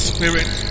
Spirit